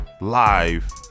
Live